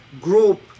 group